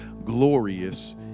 glorious